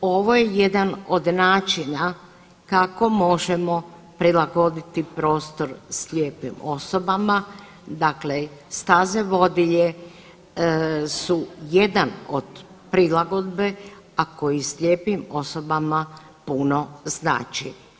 Ovo je jedan od načina kako možemo prilagoditi prostor slijepim osobama, dakle staze vodilje su jedan od prilagodbe, a koji slijepim osobama puno znači.